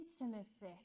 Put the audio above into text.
intimacy